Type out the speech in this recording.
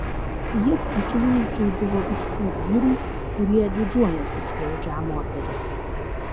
jis akivaizdžiai buvo iš tų vyrų kurie didžiuojasi skriaudžią moteris